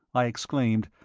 i exclaimed,